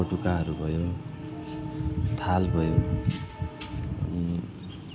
बटुकाहरू भयो त्यहाँदेखि थाल भयो